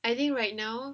I think right now